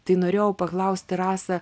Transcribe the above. tai norėjau paklausti rasa